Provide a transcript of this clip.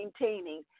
maintaining